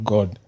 God